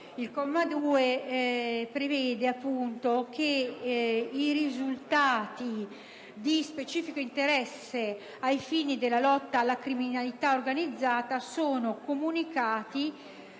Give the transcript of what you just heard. il quale prevede che i risultati di specifico interesse ai fini della lotta alla criminalità organizzata siano comunicati